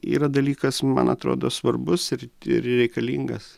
yra dalykas man atrodo svarbus ir ir reikalingas